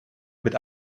mit